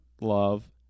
Love